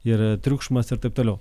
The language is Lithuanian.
ir triukšmas ir taip toliau